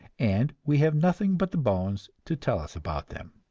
and we have nothing but the bones to tell us about them.